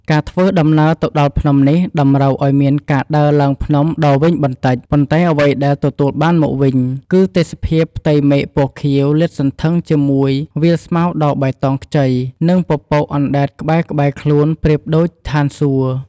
ការធ្វើដំណើរទៅដល់ភ្នំនេះតម្រូវឲ្យមានការដើរឡើងភ្នំដ៏វែងបន្តិច ប៉ុន្តែអ្វីដែលទទួលបានមកវិញ គឺទេសភាពផ្ទៃមេឃពណ៌ខៀវលាតសន្ធឹងជាមួយវាលស្មៅដ៏បៃតងខ្ចី និងពពកអណ្ដែតក្បែរៗខ្លួនប្រៀបដូចឋានសួគ៌។